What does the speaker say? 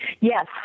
Yes